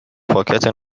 پاکت